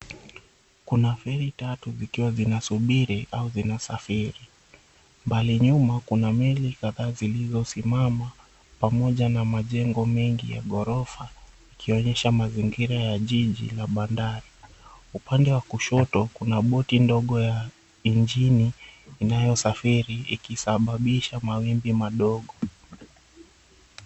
Kuna feri tatu zikiwa zina subiri au zina safiri. Mbali nyuma kuna meli kadhaa zilizo simama pamoja na majengo mengi ya ghorofa ikionyesha mazingira ya jiji la bandari. Upande wa kushoto kuna boti ndogo ya 𝑖njini inayo safiri ikisababisha mawimbi madogo.